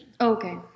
okay